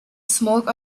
smoke